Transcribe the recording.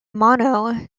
mono